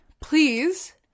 please